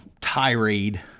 tirade